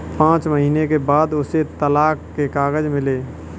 पांच महीने के बाद उसे तलाक के कागज मिले